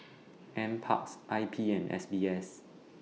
NParks I P and S B S